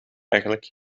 eigenlijk